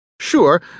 Sure